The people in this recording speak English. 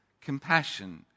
compassion